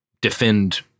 defend